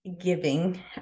giving